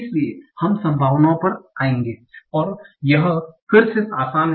इसलिए हम संभावनाओं पर आएंगे और यह फिर से आसान है